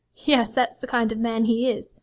yes, that's the kind of man he is.